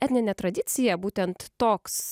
etnine tradicija būtent toks